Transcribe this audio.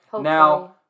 Now